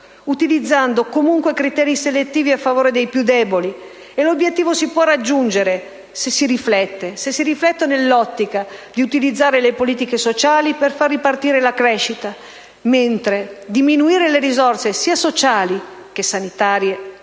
utilizzando comunque criteri selettivi a favore dei più deboli. L'obiettivo si può raggiungere se si riflette nell'ottica di utilizzare le politiche sociali per far ripartire la crescita, mentre diminuire le risorse sia sociali che sanitarie